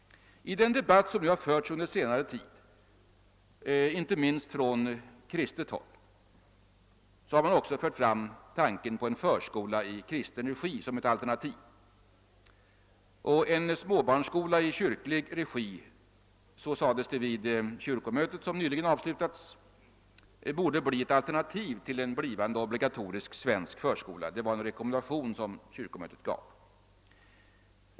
I den debatt som har förts under senare tid, inte minst från kristet håll, har man också fört fram tanken på en förskola i kristen regi som ett alternativ. En småbarnsskola i kyrklig regi, sades det vid kyrkomötet som nyligen avslutats, borde bli ett alternativ till en blivande obligatorisk svensk förskola. Det var en rekommendation som kyrkomötet gav.